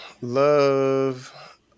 love